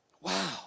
Wow